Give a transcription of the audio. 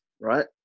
right